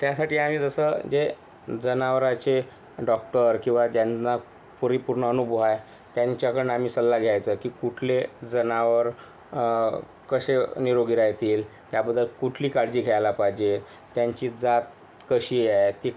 त्यासाठी आम्ही जसं जे जनावराचे डॉक्टर किंवा ज्यांना पूर्वी पूर्ण अनुभव आहे त्यांच्याकडून आम्ही सल्ला घ्यायचा की कुठले जनावर कसे निरोगी राहतील त्याबद्दल कुठली काळजी घ्यायला पाहिजे त्यांची जात कशी आहे ती